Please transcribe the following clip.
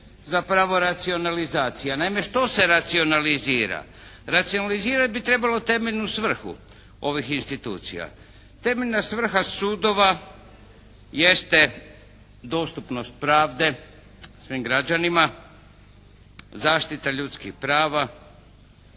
zapravo racionalizacija. Naime što se racionalizira? Racionalizirati bi trebalo temeljnu svrhu ovih institucija. Temeljna svrha sudova jeste dostupnost pravde svim građanima, zaštita ljudskih prava,